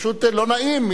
פשוט לא נעים.